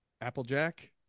Applejack